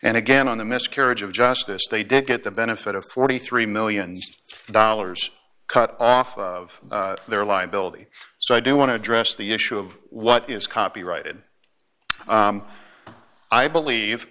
and again on the miscarriage of justice they didn't get the benefit of the forty three million dollars cut off of their liability so i do want to address the issue of what is copyrighted i believe